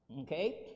Okay